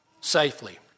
safely